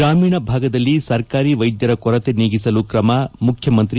ಗ್ರಾಮೀಣ ಭಾಗದಲ್ಲಿ ಸರ್ಕಾರಿ ವೈದ್ಯರ ಕೊರತೆ ನೀಗಿಸಲು ಕ್ರಮ ಮುಖ್ಯಮಂತ್ರಿ ಬಿ